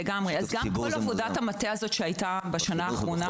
גם כל עבודת המטה שהייתה בשנה האחרונה